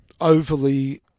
overly